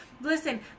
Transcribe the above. listen